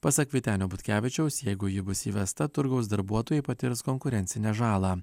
pasak vytenio butkevičiaus jeigu ji bus įvesta turgaus darbuotojai patirs konkurencinę žalą